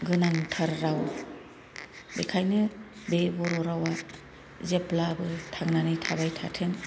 गोनांथार राव बेखायनो बे बर' रावा जेब्लाबो थांनानै थाबाय थाथों